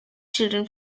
children